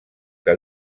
que